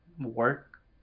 work